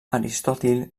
aristòtil